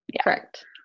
Correct